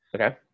Okay